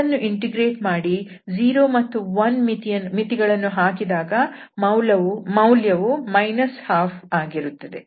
ಅದನ್ನು ಇಂಟಿಗ್ರೇಟ್ ಮಾಡಿ 0 ಮತ್ತು 1 ಮಿತಿಗಳನ್ನು ಹಾಕಿದಾಗ ಮೌಲ್ಯವು 12 ಆಗಿರುತ್ತದೆ